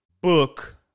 book